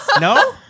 No